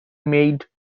made